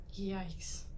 yikes